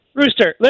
rooster